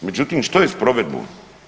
Međutim, što je s provedbom?